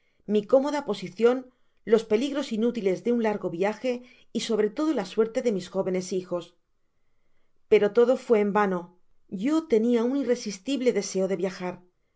mi cómoda posicion los peligros inútiles de un largo viaje y sobre todo la suerte de mis jóvenes hijos pero todo fué en vano yo tenia un irresistible deseo de viajar